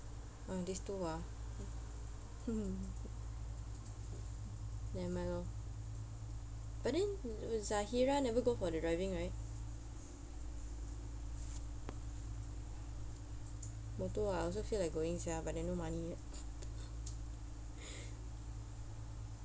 ah these two ah nevermind lor but then zahirah never go for the driving right motor ah I also feel like going sia but then no money yet